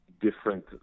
different